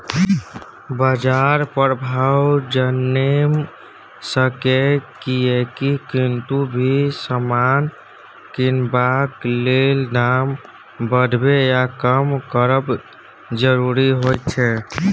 बाजार प्रभाव जनैम सकेए कियेकी कुनु भी समान किनबाक लेल दाम बढ़बे या कम करब जरूरी होइत छै